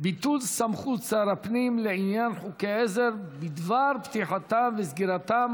(ביטול סמכות שר הפנים לעניין חוקי עזר בדבר פתיחתם וסגירתם